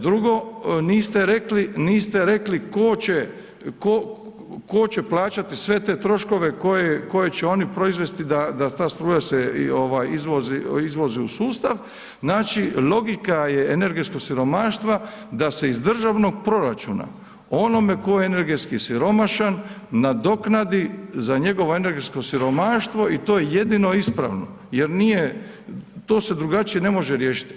Drugo, niste rekli tko će, tko će plaćati sve te troškove koje će oni proizvesti da ta struja se ovaj izvozi, izvozi u sustav, znači logika je energetskog siromaštva da se iz državnog proračuna onome ko je energetski siromašan nadoknadi za njegovo energetsko siromaštvo i to je jedino ispravno jer nije, to se drugačije ne može riješiti.